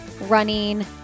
running